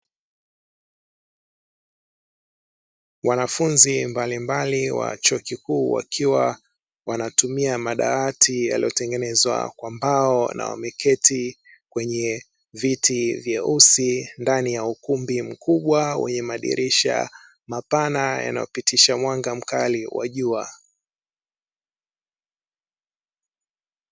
Wanafunzi mbalimbali wa chuo kikuu wakiwa wanatumia madawati yaliyotengenezwa kwa mbao, na wameketi kwenye viti vyeusi ndani ya ukumbi mkubwa wenye madirisha mapana yanayopitisha mwanga mkali wa jua.